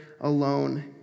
alone